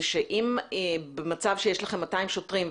שאם במצב שיש לכם 200 שוטרים,